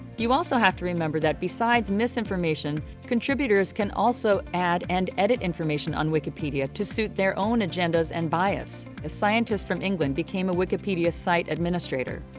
you also have to remember that besides misinformation contributors can also add and edit information on wikipedia to suit their own agendas and bias. a scientist from england became a wikipedia site administrator.